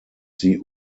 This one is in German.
sie